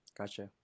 Gotcha